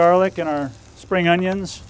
garlic in our spring onions